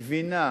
גבינה,